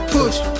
Push